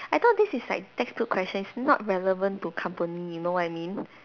I thought this is like textbook questions not relevant to company you know what I mean